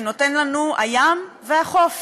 שנותן לנו הים והחוף.